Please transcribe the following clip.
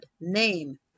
Name